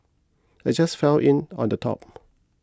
I just fell in on the top